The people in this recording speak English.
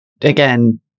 again